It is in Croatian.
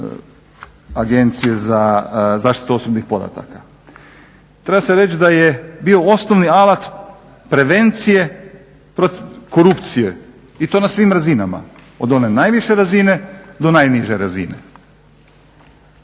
Agencije za zaštitu osobnih podataka. Treba se reći da je bio osnovni alat prevencije protiv korupcije i to na svim razinama od one najviše razine do najniže razine.